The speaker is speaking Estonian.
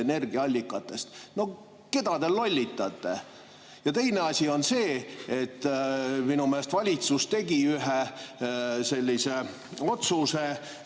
energiaallikatest. Keda te lollitate? Ja teine asi on see, et minu meelest valitsus tegi ühe sellise otsuse,